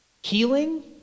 Healing